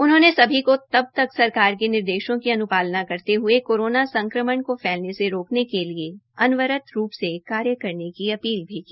उन्होंने सभी को अब तक सरकार के निर्देशों की अनुपालना करते हए कोरोना संक्रमण को फैलने से रोकने के लिए अनवरत रूप से कार्य करने की अपील की